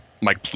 Mike